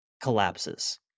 collapses